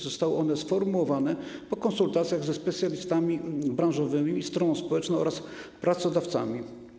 Zostały one sformułowane po konsultacjach ze specjalistami branżowymi i stroną społeczną oraz pracodawcami.